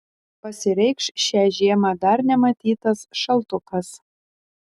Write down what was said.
pasireikš šią žiemą dar nematytas šaltukas